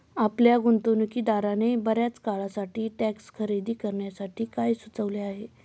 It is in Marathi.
आपल्या गुंतवणूकदाराने बर्याच काळासाठी स्टॉक्स खरेदी करण्यासाठी काय सुचविले आहे?